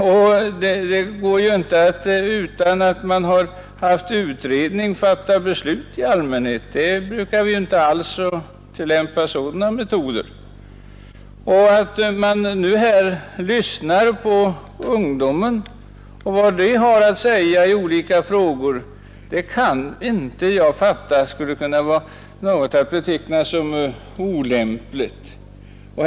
Det går i allmänhet inte att fatta beslut utan att man har gjort utredning. Sådana metoder brukar vi inte tillämpa. Att man lyssnar till vad ungdomen har att säga i olika frågor kan jag inte fatta skulle vara att beteckna som något olämpligt.